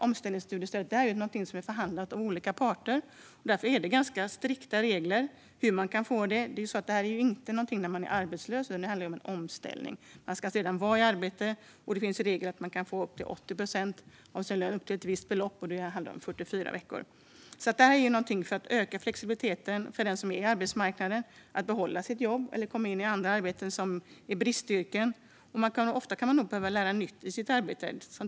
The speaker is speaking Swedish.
Omställningsstudiestödet har förhandlats fram av olika parter. Därför är det strikta regler för hur man kan få stödet beviljat. Det är inte ett stöd för den som är arbetslös, utan det handlar om omställning. Man ska redan vara i arbete, och det finns regler som innebär att man kan få upp till 80 procent av sin lön, upp till ett visst belopp, under 44 veckor. Stödet finns för att öka flexibiliteten för den som befinner sig på arbetsmarknaden att behålla sitt jobb eller ta annat arbete inom bristyrken. Ofta kan man behöva lära sig något nytt.